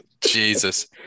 Jesus